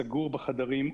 סגור בחדרים,